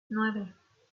nueve